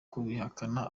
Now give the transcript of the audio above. kubihakana